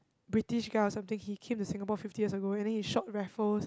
British guy or something he came to Singapore fifty years ago and then he shot Raffles